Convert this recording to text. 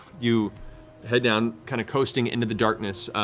you head down, kind of coasting into the darkness.